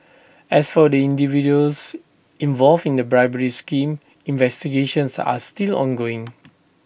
as for the individuals involved in the bribery scheme investigations are still ongoing